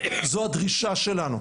זו הדרישה שלנו.